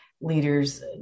leaders